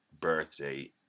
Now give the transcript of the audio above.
birthday